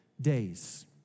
days